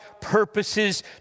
purposes